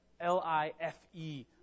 L-I-F-E